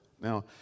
Now